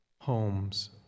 homes